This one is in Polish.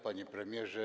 Panie Premierze!